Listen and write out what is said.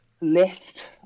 list